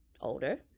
older